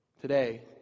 today